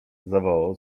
zawołał